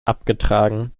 abgetragen